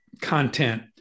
content